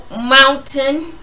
mountain